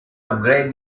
upgrade